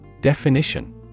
Definition